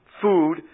food